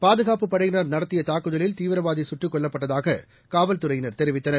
பாதுகாப்புப் படையினர் நடத்தியதாக்குதலில் தீவிரவாதிசுட்டுக் கொல்லப்பட்டதாககாவல்துறையினர் தெரிவித்தனர்